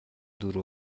دور